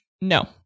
No